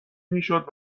میشد